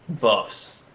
buffs